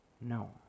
No